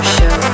Show